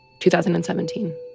2017